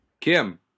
Kim